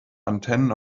antennen